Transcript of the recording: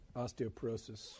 osteoporosis